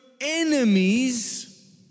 enemies